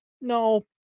no